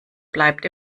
bleibt